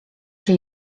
czy